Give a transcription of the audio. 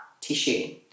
tissue